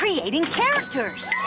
creating characters?